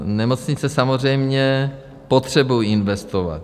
Nemocnice samozřejmě potřebují investovat.